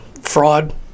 fraud